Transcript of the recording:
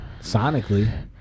sonically